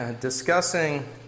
discussing